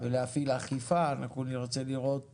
ולהפעיל אכיפה, אנחנו נרצה לראות